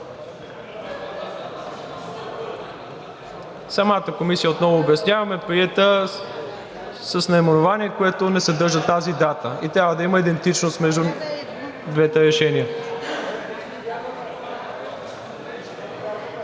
самата комисия е приета с наименование, което не съдържа тази дата, и трябва да има идентичност между двете решения.